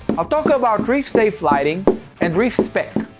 i'll talk about reef-safe lighting and reef-spec.